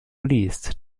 geleast